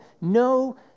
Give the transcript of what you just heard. No